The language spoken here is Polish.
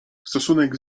stosunek